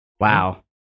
Wow